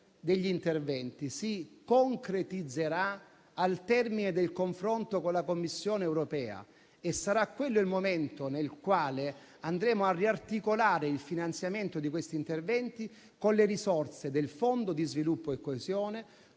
degli interventi si concretizzerà al termine del confronto con la Commissione europea. Sarà quello il momento nel quale andremo a riarticolare il finanziamento di questi interventi con le risorse del Fondo per lo sviluppo e la coesione,